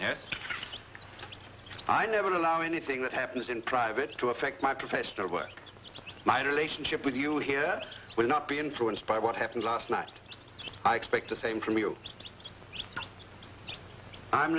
you i never allow anything that happens in private to affect my professional work my relationship with you here will not be influenced by what happened last night i expect the same from you i'm